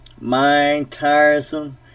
mind-tiresome